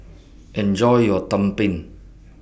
Enjoy your Tumpeng